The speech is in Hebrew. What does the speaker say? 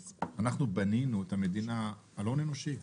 בנינו את המדינה על הון אנושי.